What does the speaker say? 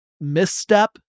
misstep